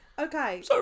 Okay